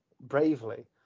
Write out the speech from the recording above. bravely